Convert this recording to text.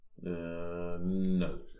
No